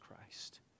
Christ